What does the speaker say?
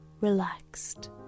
relaxed